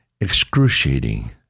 excruciating